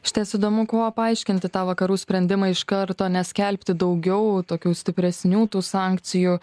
išties įdomu kuo paaiškinti tą vakarų sprendimą iš karto neskelbti daugiau tokių stipresnių tų sankcijų